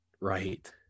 Right